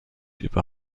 über